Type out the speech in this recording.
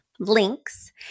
links